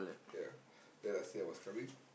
ya then I said I was coming